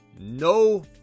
no